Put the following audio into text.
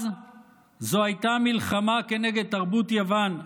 אז זו הייתה מלחמה כנגד תרבות יוון,